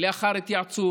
לאחר התייעצות,